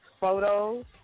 photos